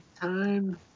time